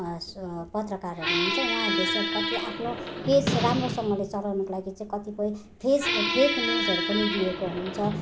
पत्रकारहरू हुनुहुन्छ उहाँहरूले चाहिँ अब कति आफ्नो पेज राम्रोसँगले चलाउनुको लागि चाहिँ कतिपय फेज फेक न्युजहरू पनि दिएको हुन्छ